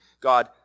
God